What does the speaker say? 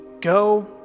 Go